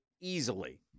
easily